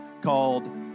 called